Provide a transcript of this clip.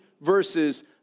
verses